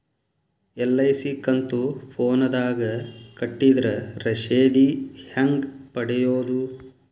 LIC ಕಂತು ಫೋನದಾಗ ಕಟ್ಟಿದ್ರ ರಶೇದಿ ಹೆಂಗ್ ಪಡೆಯೋದು?